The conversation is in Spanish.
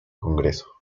congreso